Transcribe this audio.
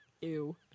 Ew